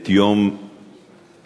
את יום ארגון